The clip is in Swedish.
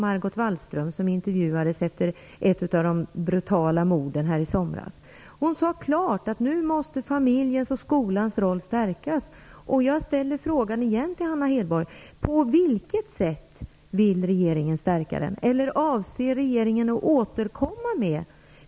Margot Wallström efter ett av sommarens brutala mord. Hon sade klart att familjens och skolans roll nu måste stärkas. På vilket sätt vill regeringen stärka den rollen, eller avser regeringen att återkomma?